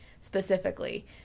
specifically